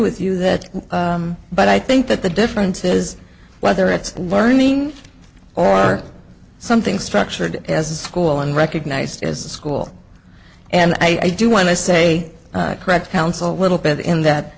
with you that but i think that the difference is whether it's learning or something structured as a school and recognised as a school and i do want to say correct counsel little bit in that